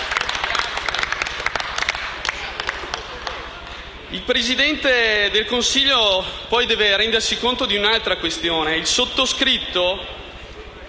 Il Presidente del Consiglio deve poi rendersi conto di un'altra questione.